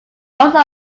also